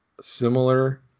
similar